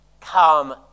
come